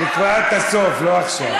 לקראת הסוף, לא עכשיו.